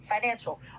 financial